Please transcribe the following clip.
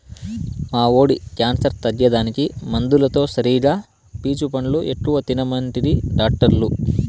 మా వోడి క్యాన్సర్ తగ్గేదానికి మందులతో సరిగా పీచు పండ్లు ఎక్కువ తినమంటిరి డాక్టర్లు